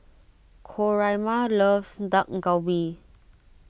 Coraima loves Dak Galbi